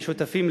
והשותפים,